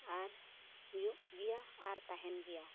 ᱟᱨ ᱦᱩᱭᱩᱜ ᱜᱮᱭᱟ ᱟᱨ ᱛᱟᱦᱮᱱ ᱜᱮᱭᱟ